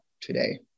today